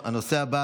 בסדר-היום,